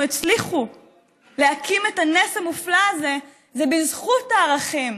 הצליחו להקים את הנס המופלא הזה זה בזכות הערכים